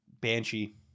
Banshee